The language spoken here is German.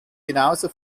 genauso